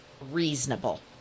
reasonable